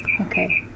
okay